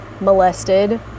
molested